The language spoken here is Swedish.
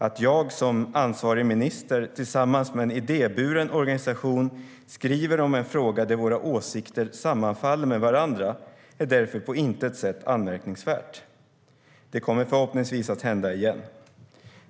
Att jag, som ansvarig minister, tillsammans med en idéburen organisation skriver om en fråga där våra åsikter sammanfaller med varandra är därför på intet sätt anmärkningsvärt. Det kommer förhoppningsvis att hända igen.